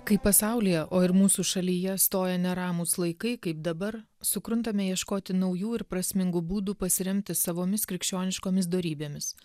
kai pasaulyje o ir mūsų šalyje stoja neramūs laikai kaip dabar sukruntame ieškoti naujų ir prasmingų būdų pasiremti savomis krikščioniškomis dorybėmis